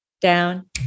down